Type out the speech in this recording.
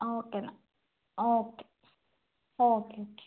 okay എന്നാൽ okay okay okay